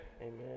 Amen